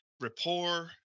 rapport